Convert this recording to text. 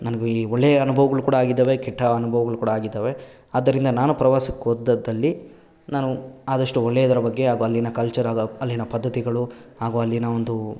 ನನಗೂ ಈ ಒಳ್ಳೆಯ ಅನುಭವಗಳು ಕೂಡ ಆಗಿದ್ದಾವೆ ಕೆಟ್ಟ ಅನುಭವಗಳು ಕೂಡ ಆಗಿದ್ದಾವೆ ಆದ್ದರಿಂದ ನಾನು ಪ್ರವಾಸಕ್ಕೆ ಹೋದಲ್ಲಿ ನಾನು ಆದಷ್ಟು ಒಳ್ಳೆಯದರ ಬಗ್ಗೆ ಹಾಗೂ ಅಲ್ಲಿನ ಕಲ್ಚರ್ ಹಾಗೂ ಅಲ್ಲಿನ ಪದ್ಧತಿಗಳು ಹಾಗೂ ಅಲ್ಲಿನ ಒಂದು